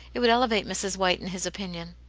it would elevate mrs. white in his opinion.